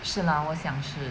是 lah 我想是 mm